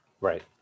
Right